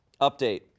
update